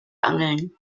angeln